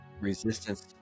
resistance